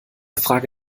frage